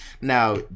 Now